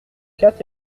quatre